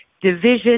division